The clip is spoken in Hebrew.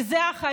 כי זה החיים?